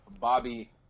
Bobby